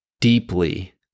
deeply